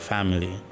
Family